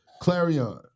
Clarion